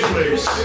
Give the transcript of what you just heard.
Place